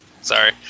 Sorry